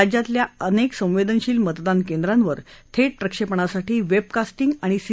राज्यातल्या अनेक संवेदनशील मतदान केंद्रांवर थेट प्रक्षेपणासाठी वेब कास्टिंग आणि सी